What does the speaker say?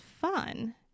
fun